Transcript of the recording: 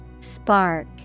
Spark